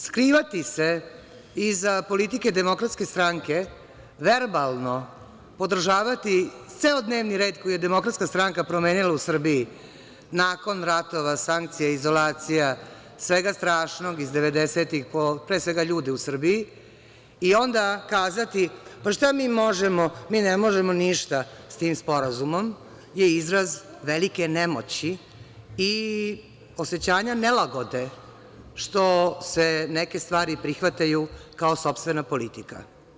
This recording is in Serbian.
Skrivati se iza politike DS verbalno podržavati ceo dnevni red koji je DS promenila u Srbiji nakon ratova, sankcija, izolacija, svega strašnog iz 90-ih, pre svega ljudi u Srbiji, i onda kazati – pa, šta mi možemo, mi ne možemo ništa sa tim sporazumom, je izraz velike nemoći i osećanja nelagode što se neke stvari prihvataju kao sopstvena politika.